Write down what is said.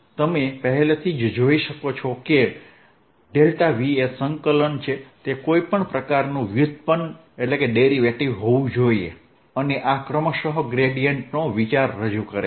તમે પહેલેથી જ જોઈ શકો છો કે V એ સંકલન છે તે કોઈ પ્રકારનું વ્યુત્પન્ન હોવું જોઈએ અને આ ક્રમશ ગ્રેડીયેન્ટનો વિચાર રજૂ કરે છે